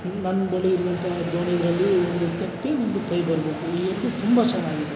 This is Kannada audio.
ನನ್ನ ಬಳಿ ಇರುವಂತಹ ದೋಣಿಗಳಲ್ಲಿ ಒಂದು ತೆಪ್ಪ ಒಂದು ಪೈಬರ್ ಬೋಟು ಈ ಎರಡು ತುಂಬ ಚೆನ್ನಾಗಿದೆ